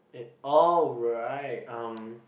it oh right um